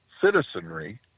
citizenry